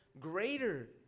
greater